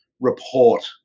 report